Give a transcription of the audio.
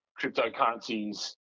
cryptocurrencies